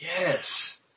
Yes